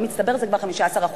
במצטבר זה כבר 15%,